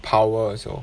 power also